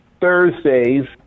Thursdays